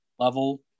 level